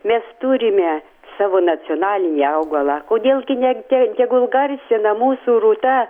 mes turime savo nacionalinį augalą kodėl gi ne te tegul garsina mūsų rūta